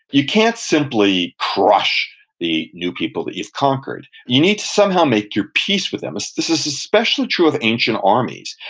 you can't simply crush the new people that you've conquered. you need to somehow make your peace with them. so this is especially true of ancient armies,